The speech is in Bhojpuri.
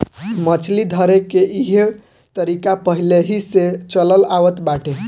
मछली धरेके के इहो तरीका पहिलेही से चलल आवत बाटे